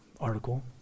article